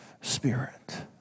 spirit